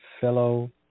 fellow